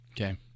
Okay